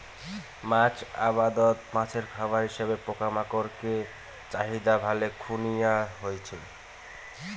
মাছ আবাদত মাছের খাবার হিসাবে পোকামাকড়ের চাহিদা ভালে খুনায় হইচে